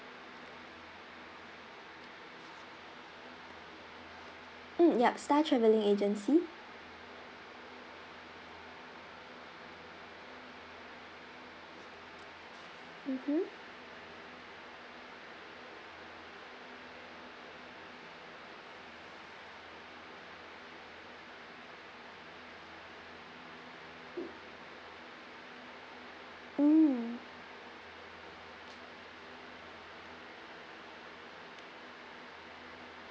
mm yup star travelling agency mmhmm mm